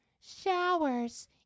Showers